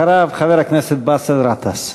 אחריו, חבר הכנסת באסל גטאס.